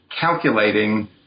calculating